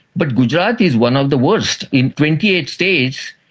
but gujarat is one of the worst. in twenty eight states,